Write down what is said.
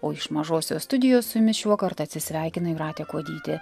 o iš mažosios studijos su jumis šiuo kart atsisveikina jūratė kuodytė